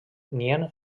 nien